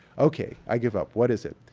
ok, i give up. what is it?